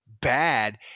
bad